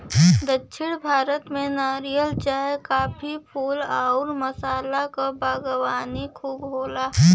दक्षिण भारत में नारियल, चाय, काफी, फूल आउर मसाला क बागवानी खूब होला